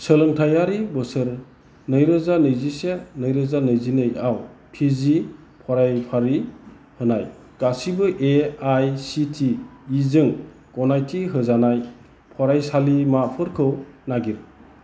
सोलोंथायारि बोसोर नैरोजा नैजिसे नैरोजा नैजिनैआव पि जि फरायफारि होनाय गासैबो A I C T E जों गनायथि होजानाय फरायसालिमाफोरखौ नागिर